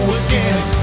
again